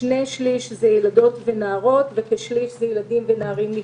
שני-שלישים זה ילדות ונערות וכשליש ילדים ונערים נפגעים.